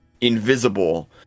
invisible